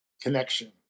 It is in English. connection